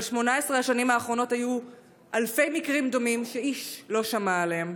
אבל ב-18 השנים האחרונות היו אלפי מקרים דומים שאיש לא שמע עליהם.